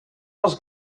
was